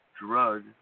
drug